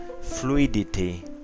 fluidity